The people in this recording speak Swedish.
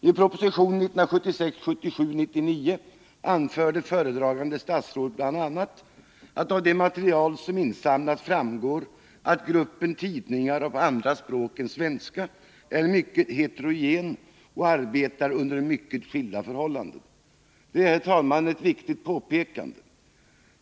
I proposition 1976/77:99 anförde föredragande statsrådet bl.a.: ”Av det material som har insamlats framgår att gruppen tidningar på andra språk än svenska är mycket heterogen och arbetar under mycket skiftande förhållanden.” Det är ett viktigt påpekande.